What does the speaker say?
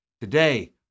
Today